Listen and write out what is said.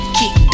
kick